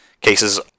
cases